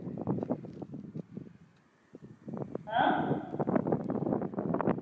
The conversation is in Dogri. हं